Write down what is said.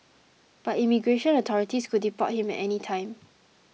but immigration authorities could deport him at any time